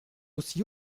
aussi